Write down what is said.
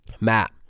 Matt